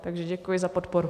Takže děkuji za podporu.